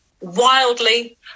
wildly